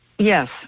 Yes